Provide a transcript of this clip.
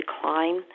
decline